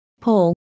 Paul